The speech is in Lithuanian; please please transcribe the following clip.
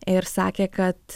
ir sakė kad